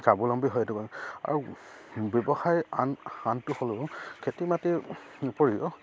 স্বাৱলম্বী হৈ থকা আৰু ব্যৱসায় আন আনটো হ'লেও খেতি মাটিৰ উপৰিও